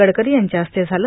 गडकरी यांच्या हस्ते झालं